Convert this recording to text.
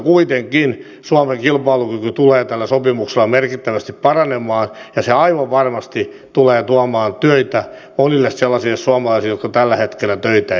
kuitenkin suomen kilpailukyky tulee tällä sopimuksella merkittävästi paranemaan ja se aivan varmasti tulee tuomaan töitä monille sellaisille suomalaisille joilla tällä hetkellä töitä ei ole